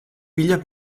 piglia